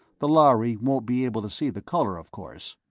the lhari won't be able to see the color, of course.